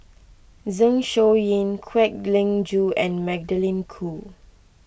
Zeng Shouyin Kwek Leng Joo and Magdalene Khoo